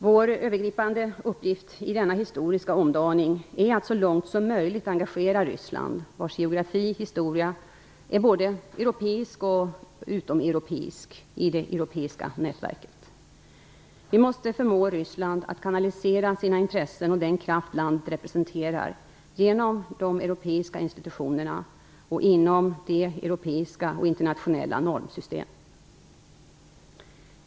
Vår övergripande uppgift i denna historiska omdaning är att så långt som möjligt engagera Ryssland, vars geografi och historia är både europeisk och utomeuropeisk, i det europeiska nätverket. Vi måste förmå Ryssland att kanalisera sina intressen och den kraft landet representerar genom de europeiska institutionerna och inom de europeiska och internationella normsystemen.